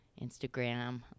instagram